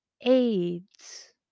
aids